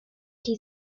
die